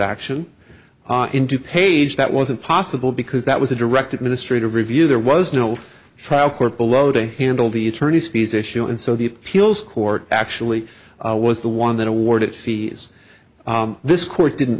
action into page that wasn't possible because that was a direct administrative review there was no trial court below to handle the attorneys fees issue and so the appeals court actually was the one that awarded fees this court didn't